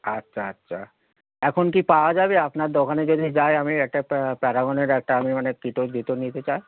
আচ্ছা আচ্ছা এখন কি পাওয়া যাবে আপনার দোকানে যদি যাই আমি একটা প্যারাগনের একটা আমি মানে কীটো জুতো নিতে চাই